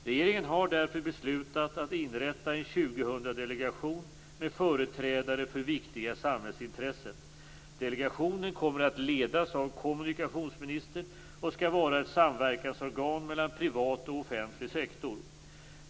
Regeringen har därför beslutat att inrätta en 2000 delegation med företrädare för viktiga samhällsintressen. Delegationen kommer att ledas av kommunikationsministern och skall vara ett samverkansorgan mellan privat och offentlig sektor.